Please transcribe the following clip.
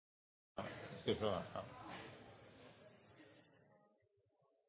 – ja,